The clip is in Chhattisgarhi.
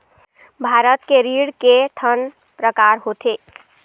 भारत के ऋण के ठन प्रकार होथे?